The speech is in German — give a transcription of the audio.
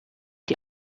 die